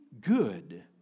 good